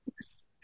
Yes